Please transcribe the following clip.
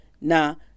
now